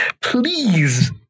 Please